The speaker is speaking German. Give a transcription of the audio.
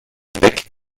weg